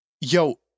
Yo